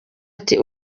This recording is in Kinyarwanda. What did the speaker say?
ati